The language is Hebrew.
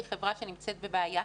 היא חברה שנמצאת בבעיה,